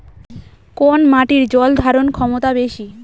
কোন মাটির জল ধারণ ক্ষমতা বেশি?